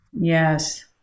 Yes